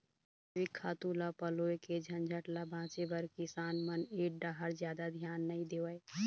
जइविक खातू ल पलोए के झंझट ल बाचे बर किसान मन ए डाहर जादा धियान नइ देवय